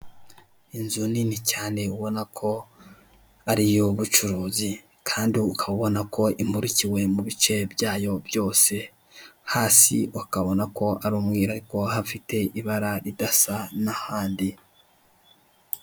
Inzu nini cyane ubona ko ari iy'ubucuruzi, kandi ukaba ubona ko imurikiwe mu bice byayo byose, hasi ukabona ko ari umweru ariko hafite ibara ridasa n'ahandi.